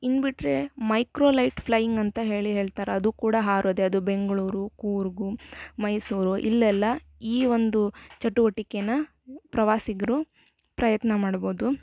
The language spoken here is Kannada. ಇನ್ನು ಬಿಟ್ಟರೆ ಮೈಕ್ರೋಲೈಟ್ ಫ್ಲೈಯಿಂಗ್ ಅಂತ ಹೇಳಿ ಹೇಳ್ತಾರೆ ಅದು ಕೂಡ ಹಾರೋದೆ ಅದು ಬೆಂಗಳೂರು ಕೂರ್ಗು ಮೈಸೂರು ಇಲ್ಲೆಲ್ಲ ಈ ಒಂದು ಚಟುವಟಿಕೆನ ಪ್ರವಾಸಿಗರು ಪ್ರಯತ್ನ ಮಾಡ್ಬೋದು